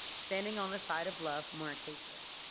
standing on the side of love, more inclusive.